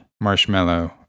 Marshmallow